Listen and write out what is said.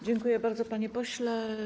Dziękuję bardzo, panie pośle.